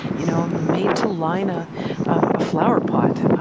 you know, made to line a ah flowerpot.